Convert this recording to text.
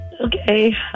Okay